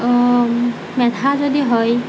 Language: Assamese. মেধা যদি হয়